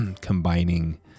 combining